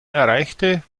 erreichte